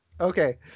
Okay